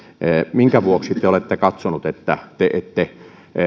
minkä vuoksi te te olette katsonut että te ette